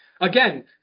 Again